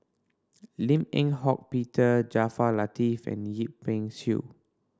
Lim Eng Hock Peter Jaafar Latiff and Yip Pin Xiu